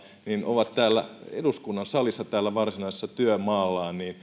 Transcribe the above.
ovat täällä eduskunnan salissa täällä varsinaisella työmaallaan